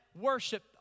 worship